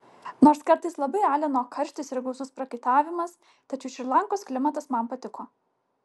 nors kartais labai alino karštis ir gausus prakaitavimas tačiau šri lankos klimatas man patiko